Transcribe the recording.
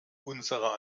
unserer